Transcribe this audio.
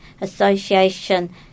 Association